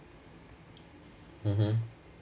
mmhmm